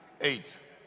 Eight